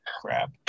crap